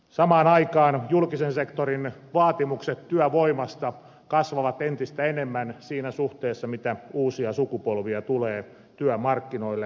samaan aikaan julkisen sektorin vaatimukset työvoimasta kasvavat entistä enemmän siinä suhteessa kuin uusia sukupolvia tulee työmarkkinoille